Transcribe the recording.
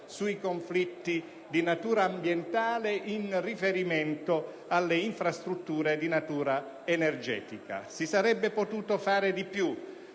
sui conflitti di natura ambientale in riferimento alle infrastrutture di natura energetica. Si sarebbe potuto fare di più